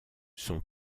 son